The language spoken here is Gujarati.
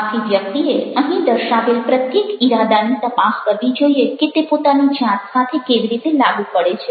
આથી વ્યક્તિએ અહીં દર્શાવેલ પ્રત્યેક ઈરાદાની તપાસ કરવી જોઈએ કે તે પોતાની જાત સાથે કેવી રીતે લાગુ પડે છે